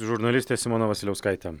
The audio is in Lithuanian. žurnalistė simona vasiliauskaitė